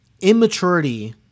immaturity